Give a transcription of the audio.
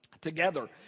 together